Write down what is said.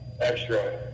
extra